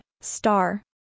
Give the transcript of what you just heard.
star